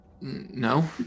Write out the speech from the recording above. No